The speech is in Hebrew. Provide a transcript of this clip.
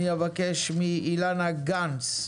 אני אבקש מאילנה גנס,